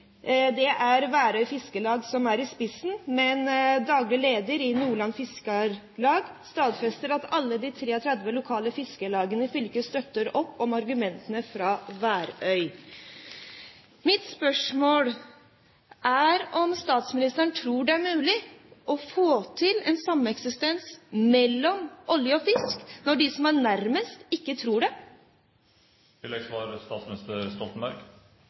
Det er Værøy Fiskarlag som er i spissen, men daglig leder i Nordland Fylkesfiskarlag stadfester at alle de 33 lokale fiskerlagene i fylket støtter opp om argumentene fra Værøy. Mitt spørsmål er om statsministeren tror det er mulig å få til en sameksistens mellom olje og fisk når de som er nærmest, ikke tror